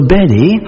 Betty